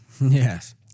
Yes